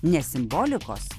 nes simbolikos